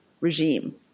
regime